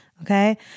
Okay